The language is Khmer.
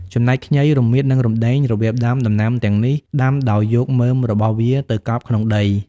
ចំណែក ខ្ញី រមៀត និងរំដេង របៀបដាំ ដំណាំទាំងនេះដាំដោយយកមើមរបស់វាទៅកប់ក្នុងដី។